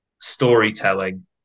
Storytelling